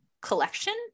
collection